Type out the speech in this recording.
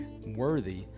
worthy